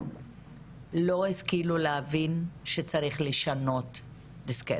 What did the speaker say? לא השכילו להבין שצריך לשנות דיסקט,